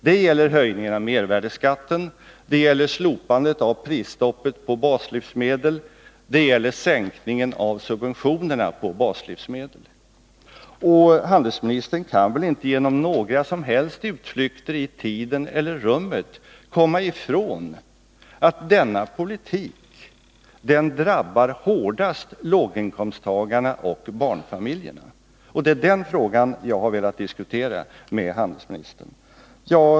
Det gäller höjningen av mervärdeskatten, slopandet av prisstoppet på baslivsmedel och sänkningen av subventionerna på baslivsmedel. Handelsministern kan väl inte genom några som helst utflykter i tiden eller rummet komma ifrån att denna politik hårdast drabbar låginkomsttagarna och barnfamiljerna. Det är den frågan jag har velat diskutera med handelsministern.